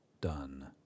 Done